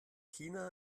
china